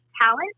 talent